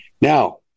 Now